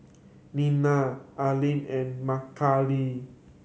Nena Arlin and Makaila